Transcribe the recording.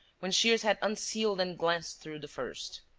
when shears had unsealed and glanced through the first.